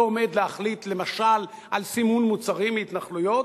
לא עומד להחליט למשל על סימון מוצרים מהתנחלויות,